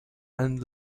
and